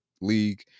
league